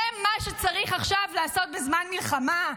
זה מה שצריך לעשות עכשיו בזמן מלחמה?